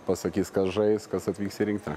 pasakys kas žais kas atvyks į rinktinę